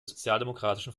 sozialdemokratischen